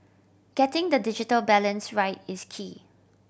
getting the digital balance right is key